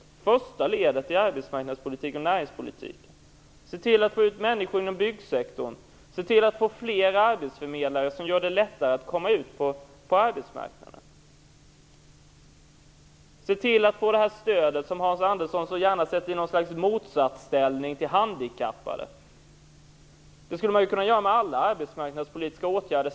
Det är första ledet i arbetsmarknadspolitiken och näringspolitiken, att se till att få ut människor inom byggsektorn, att se till att få fler arbetsförmedlare, som gör det lättare att komma ut på arbetsmarknaden, att se till att få det stöd som Hans Andersson så gärna sätter i någon slags motsatsställning till handikappade. Så skulle man kunna göra med alla arbetsmarknadspolitiska åtgärder.